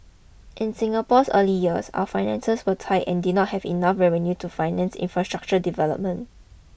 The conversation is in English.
in Singapore's early years our finances were tight and did not have enough revenue to finance infrastructure development